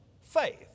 faith